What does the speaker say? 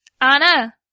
Anna